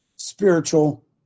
spiritual